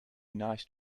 nice